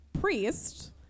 priest